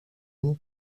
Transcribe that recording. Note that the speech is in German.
nur